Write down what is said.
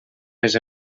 les